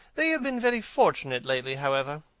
they have been very fortunate lately, however.